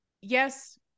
yes